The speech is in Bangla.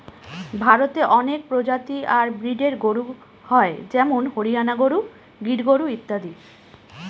ভারতে অনেক প্রজাতি আর ব্রিডের গরু হয় যেমন হরিয়ানা গরু, গির গরু ইত্যাদি